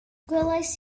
gwelais